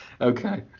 Okay